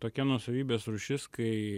tokia nuosavybės rūšis kai